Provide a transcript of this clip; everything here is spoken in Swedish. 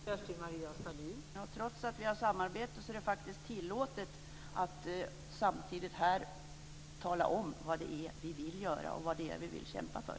Fru talman! Trots att vi har ett samarbete är det faktiskt tillåtet att samtidigt här tala om vad det är vi vill göra och vad vi vill kämpa för.